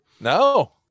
No